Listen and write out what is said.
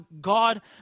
God